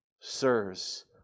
Sirs